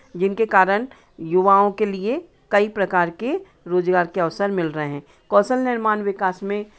जिनके कारण युवाओं के लिए कई प्रकार के रोज़गार के अवसर मिल रहे हैं कौशल निर्माण विकास में